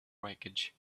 wreckage